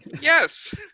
Yes